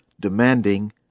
demanding